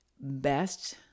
best